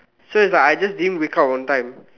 so it's like I didn't wake up on time